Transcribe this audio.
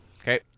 Okay